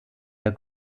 der